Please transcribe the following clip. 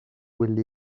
will